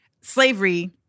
slavery